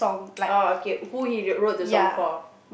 orh okay who he wrote the song for